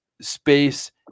space